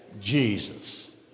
Jesus